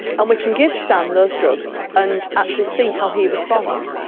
and we can give stan those drugs and actually see how he responds.